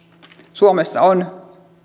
suomessa on